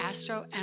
Astro